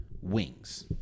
wings